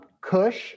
Kush